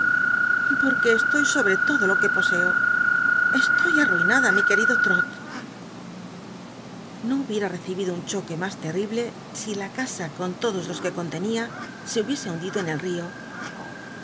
porque estoy sobre todo lo que po co estoy auinada mi querido trot no hubiera recibido un choque mas terrible si la casa cou todos los que con tenia se hubiese hundido en el l'io